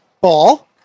ball